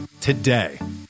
today